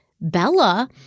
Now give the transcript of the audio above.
Bella